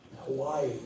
Hawaii